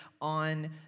on